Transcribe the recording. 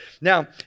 Now